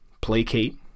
placate